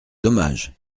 dommage